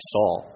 Saul